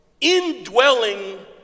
indwelling